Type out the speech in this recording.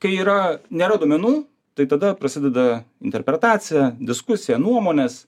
kai yra nėra duomenų tai tada prasideda interpretacija diskusija nuomonės